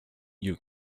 you